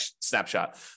snapshot